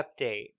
update